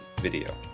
video